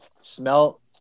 smell